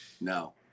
No